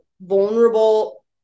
vulnerable